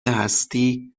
هستی